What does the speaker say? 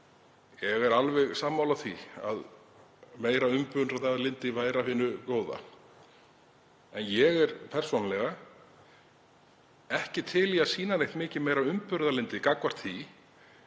Ég er alveg sammála því að meira umburðarlyndi væri af hinu góða. Ég er persónulega ekki til í að sýna neitt mikið meira umburðarlyndi gagnvart því